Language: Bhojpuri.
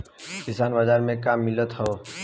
किसान बाजार मे का मिलत हव?